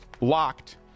locked